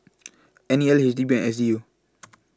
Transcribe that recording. N E L HDB and SDU